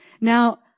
Now